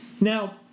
now